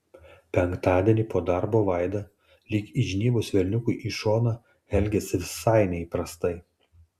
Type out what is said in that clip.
penktadienį po darbo vaida lyg įžnybus velniukui į šoną elgėsi visai neįprastai